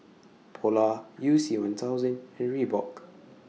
Polar YOU C one thousand and Reebok